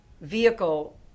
vehicle